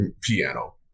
piano